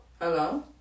Hello